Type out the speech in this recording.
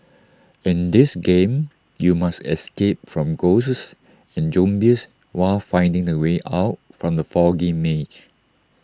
in this game you must escape from ghosts and zombies while finding the way out from the foggy maze